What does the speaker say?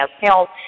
health